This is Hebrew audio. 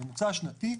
הממוצע השנתי,